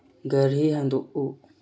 ꯘꯔꯤ ꯍꯟꯗꯣꯛꯎ